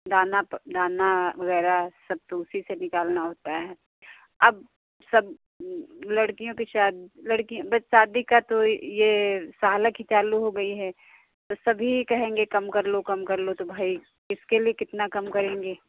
दाना प दाना वगैरह सब तो उसी से निकालना होता है अब सब लड़कियों की शा लड़की ब शादी का तो ये सालक ही चालू हो गई है तो सभी कहेंगे कम कर लो कम कर लो तो भाई किसके लिए कितना कम करेंगे